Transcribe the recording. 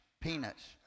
peanuts